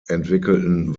entwickelten